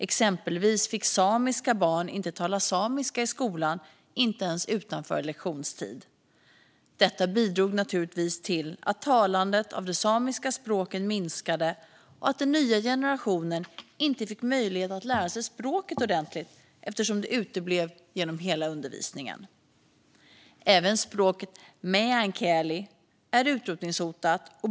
Exempelvis fick inte samiska barn tala samiska i skolan, inte ens utanför lektionstid. Detta bidrog naturligtvis till att talandet av de samiska språken minskade och att den nya generationen inte fick möjlighet att lära sig språket ordentligt eftersom det uteblev genom hela undervisningen. Även språket meänkieli är utrotningshotat.